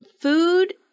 Food